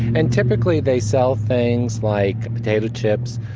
and typically they sell things like potato chips,